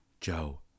Joe